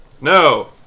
no